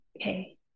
Okay